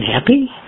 happy